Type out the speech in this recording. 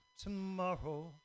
tomorrow